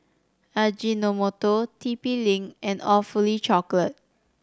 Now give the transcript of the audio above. Ajinomoto T P Link and Awfully Chocolate